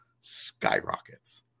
skyrockets